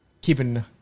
keeping